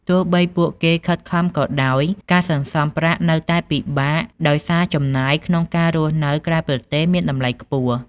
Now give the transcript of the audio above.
ទោះបីពួកគេខិតខំក៏ដោយ ការសន្សំប្រាក់នៅតែពិបាកដោយសារចំណាយក្នុងការរស់នៅក្រៅប្រទេសមានតម្លៃខ្ពស់។